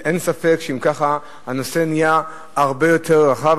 אין ספק, אם כך, שהנושא נהיה הרבה יותר רחב.